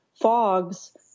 fogs